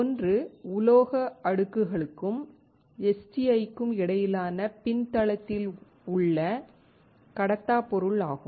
ஒன்று உலோக அடுக்குகளுக்கும் STIக்கும் இடையிலான பின்தளத்தில் உள்ள கடத்தாப் பொருள் ஆகும்